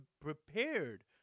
prepared